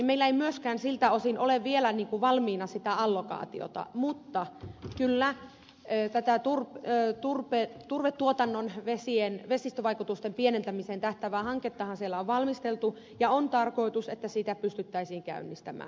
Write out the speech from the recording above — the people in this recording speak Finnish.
meillä ei myöskään siltä osin ole vielä valmiina sitä allokaatiota mutta kyllä tätä turvetuotannon vesistövaikutusten pienentämiseen tähtäävää hanketta siellä on valmisteltu ja on tarkoitus että sitä pystyttäisiin käynnistämään